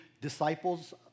disciples